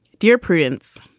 dear prudence.